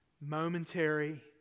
momentary